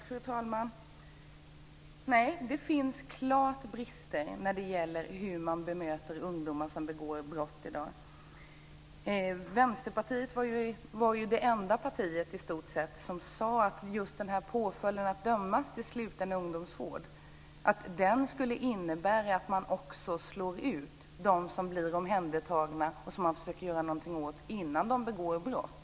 Fru talman! Nej, det finns helt klart brister när det gäller sättet att i dag bemöta ungdomar som begår brott. Vänsterpartiet var i stort sett det enda partiet som sade att just påföljden att bli dömd till sluten ungdomsvård skulle innebära att man också slår ut dem som blir omhändertagna och som man försöker göra något åt innan de begår brott.